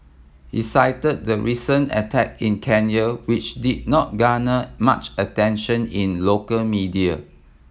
he cited the recent attack in Kenya which did not garner much attention in local media